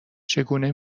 چگونه